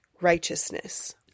righteousness